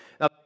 Now